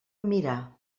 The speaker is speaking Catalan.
mirar